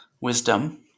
wisdom